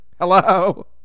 Hello